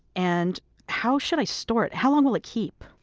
and how should i store it? how long will it keep?